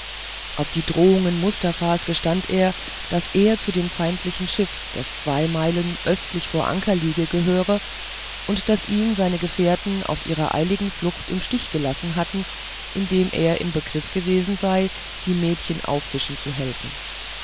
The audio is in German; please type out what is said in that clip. auf die drohungen mustafas gestand er daß er zu dem feindlichen schiff das zwei meilen ostwärts vor anker liege gehöre und daß ihn seine gefährten auf ihrer eiligen flucht im stich gelassen haben indem er im begriff gewesen sei die mädchen auffischen zu helfen